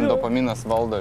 dopaminas valdo